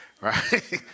Right